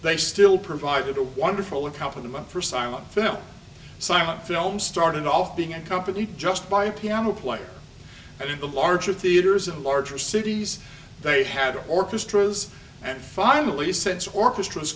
they still provided a wonderful account of them up for silent film silent films started off being accompanied just by a piano player and in the larger theaters of larger cities they had orchestras and finally since orchestras